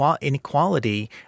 inequality